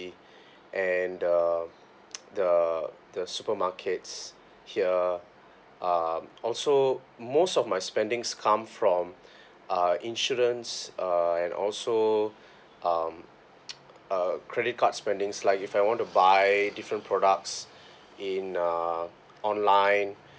and the the the supermarkets here um also most of my spendings come from uh insurance uh and also um uh credit card spendings like if I want to buy different products in uh online